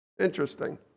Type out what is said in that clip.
Interesting